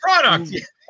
product